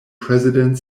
president